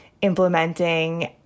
implementing